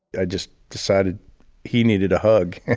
i just decided he needed a hug.